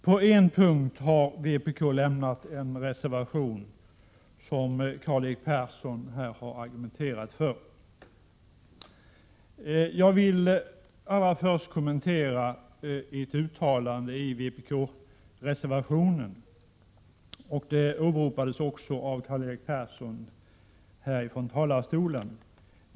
På en punkt har vpk avgivit en reservation, som Karl-Erik Persson här har argumenterat för. Jag vill allra först kommentera ett uttalande i vpk-reservationen — det åberopades också av Karl-Erik Persson från talarstolen.